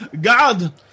God